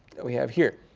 that we have here.